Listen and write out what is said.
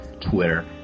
Twitter